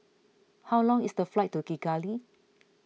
how long is the flight to Kigali